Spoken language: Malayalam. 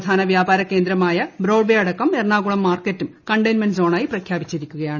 പ്രധാന വ്യാപാര കേന്ദ്രമായ ബ്രോഡ്വേ അടക്കം എറണാകുളം മാർക്കറ്റും കണ്ടെയ്ൻമെന്റ് സോണായി പ്രഖ്യാപിച്ചിരിക്കുകയാണ്